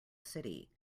city